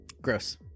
Gross